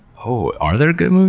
oh, are there good movies?